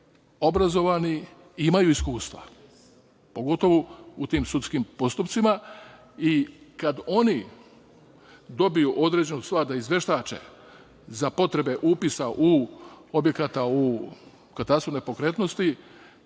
obrazovani i imaju iskustva, pogotovo u tim sudskim postupcima. Kada oni dobiju određenu stvar da izveštače za potrebe upisa objekata u katastru nepokretnosti,